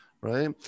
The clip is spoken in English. right